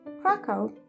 Krakow